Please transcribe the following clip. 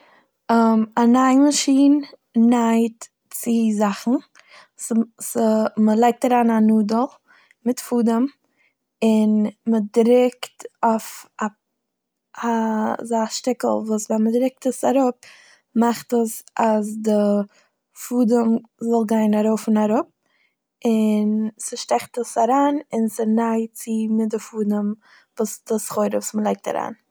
א נייען מאשין נייעט צי זאכן, ס'- ס'- מ'לייגט אריין א נאדל מיט פאדעם און מ'דרוקט אויף א- א אזא שטיקל וואס ווען מ'דרוקט עס אראפ מאכט עס אז די פאדעם זאל גיין ארויף און אראפ און ס'שטעכט עס אריין און ס'נייעט צו מיט די פאדעם וואס די סחורה וואס מ'לייגט אריין.